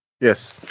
Yes